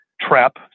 trap